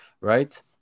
right